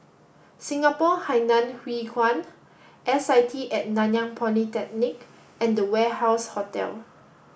Singapore Hainan Hwee Kuan S I T at Nanyang Polytechnic and The Warehouse Hotel